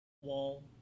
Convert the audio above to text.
wall